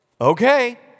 Okay